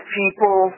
people